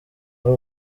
ari